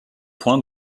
point